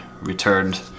returned